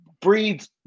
breeds